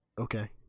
Okay